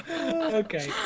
Okay